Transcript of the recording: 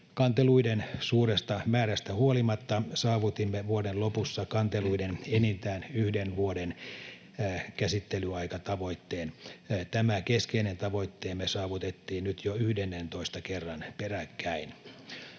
Kanteluiden suuresta määrästä huolimatta saavutimme vuoden lopussa kanteluiden enintään yhden vuoden käsittelyaikatavoitteen. Tämä keskeinen tavoitteemme saavutettiin nyt jo 11:nnen kerran peräkkäin.